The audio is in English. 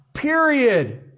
Period